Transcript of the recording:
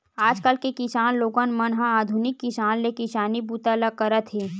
आजकाल के किसान लोगन मन ह आधुनिक किसम ले किसानी बूता ल करत हे